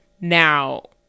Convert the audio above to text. now